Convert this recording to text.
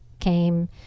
came